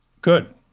good